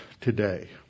today